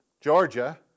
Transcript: Georgia